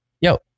yo